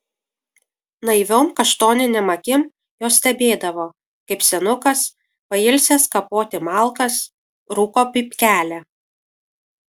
naiviom kaštoninėm akim jos stebėdavo kaip senukas pailsęs kapoti malkas rūko pypkelę